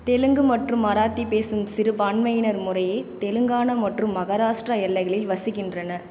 தெலுங்கு மற்றும் மராத்தி பேசும் சிறுபான்மையினர் முறையே தெலுங்கானா மற்றும் மகாராஷ்ட்ரா எல்லைகளில் வசிக்கின்றனர்